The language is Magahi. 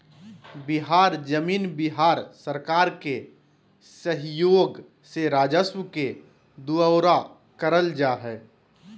बिहार जमीन बिहार सरकार के सहइोग से राजस्व के दुऔरा करल जा हइ